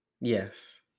Yes